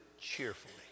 cheerfully